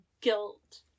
guilt